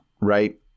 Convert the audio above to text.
Right